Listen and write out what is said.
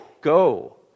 go